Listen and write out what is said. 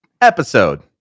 episode